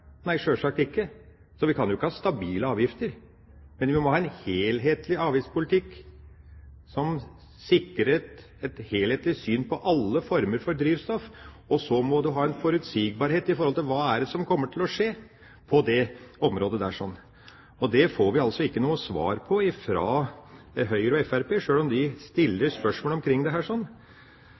Nei, sjølsagt ikke. Vi kan jo ikke ha stabile avgifter. Men vi må ha en helhetlig avgiftspolitikk som sikrer et helhetlig syn på alle former for drivstoff. Så må en ha forutsigbarhet med hensyn til hva som kommer til å skje på det området. Det får vi altså ikke noe svar på fra Høyre og Fremskrittspartiet, sjøl om de stiller spørsmål omkring dette. Det